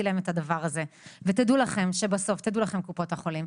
להם את הדבר הזה ותדעו לכם קופות החולים,